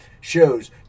shows